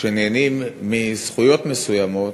שנהנים מזכויות מסוימות.